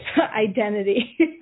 identity